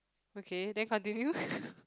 okay then continue